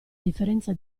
differenza